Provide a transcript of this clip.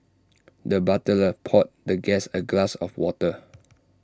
the butler poured the guest A glass of water